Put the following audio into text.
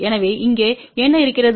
எனவே இங்கே என்ன இருக்கிறது